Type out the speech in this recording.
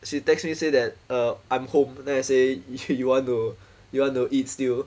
she text me say that err I'm home then I say you you want to you want to eat still